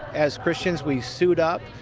as christians, we suit up,